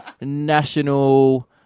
national